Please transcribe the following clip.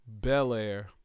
bel-air